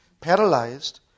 paralyzed